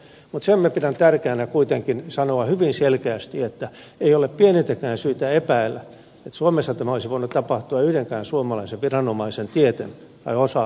sitä minä pidän kuitenkin tärkeänä sanoa hyvin selkeästi että ei ole pienintäkään syytä epäillä että suomessa tämä olisi voinut tapahtua yhdenkään suomalaisen viranomaisen tieten tai osallisuudella